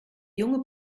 junge